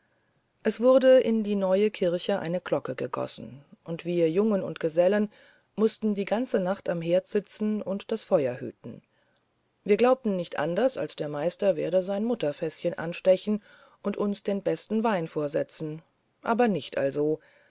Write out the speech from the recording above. es wurde in die neue kirche eine glocke gegossen und wir jungen und gesellen mußten die ganze nacht am herd sitzen und das feuer hüten wir glaubten nicht anders als der meister werde sein mutterfäßchen anstechen und uns den besten wein vorsetzen aber nicht also